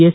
S